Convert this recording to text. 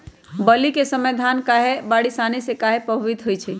बली क समय धन बारिस आने से कहे पभवित होई छई?